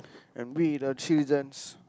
and we the citizens